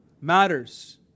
matters